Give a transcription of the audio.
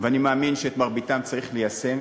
ואני מאמין שאת מרביתן צריך ליישם,